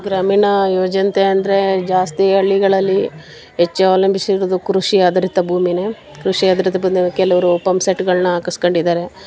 ಗ್ರಾಮೀಣ ಯುವಜನತೆ ಅಂದರೆ ಜಾಸ್ತಿ ಹಳ್ಳಿಗಳಲ್ಲಿ ಹೆಚ್ಚು ಅವಲಂಬಿಸಿರುವುದು ಕೃಷಿ ಆಧಾರಿತ ಭೂಮಿನೇ ಕೃಷಿ ಆಧಾರಿತ ಬಂದು ಕೆಲವರು ಪಂಪ್ಸೆಟ್ಗಳನ್ನ ಹಾಕಸ್ಕಂಡಿದಾರೆ